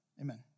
amen